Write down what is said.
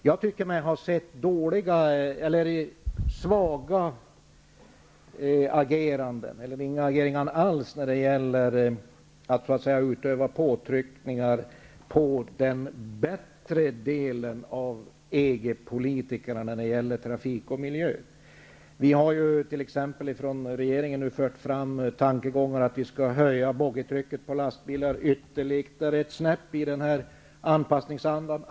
Jag tycker mig ha sett ett svagt eller ett rent av obefintligt agerande när det gäller att utöva påtryckningar på de EG-politiker som har vettigare åsikter om trafik och miljö. Regeringen har nu fört fram tankegångar om att boggietrycket på lastbilar skall höjas ytterligare i den här anpassningsandan.